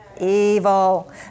evil